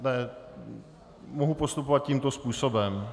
Ne, mohu postupovat tímto způsobem.